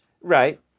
Right